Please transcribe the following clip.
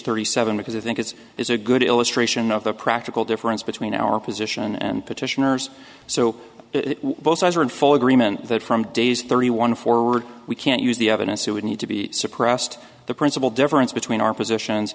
thirty seven because i think it is a good illustration of the practical difference between our position and petitioners so it was are in full agreement that from days thirty one forward we can't use the evidence it would need to be suppressed the principal difference between our positions